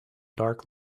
dark